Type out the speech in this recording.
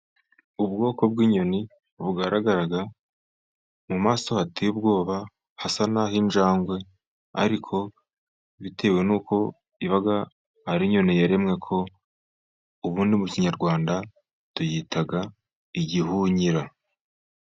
Ubwoko bw'inyoni bugaragara mu maso hateye ubwoba hasa nah'injangwe, ariko bitewe n'uko iba ari inyoni yaremwe ko, ubundi mu kinyarwanda tuyita igihunyira.